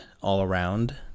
all-around